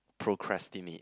procrastinate